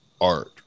art